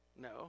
No